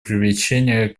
привлечение